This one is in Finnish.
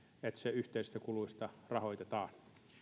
että se yhteisistä kuluista rahoitetaan